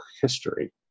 history